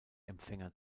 empfänger